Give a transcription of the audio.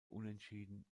unentschieden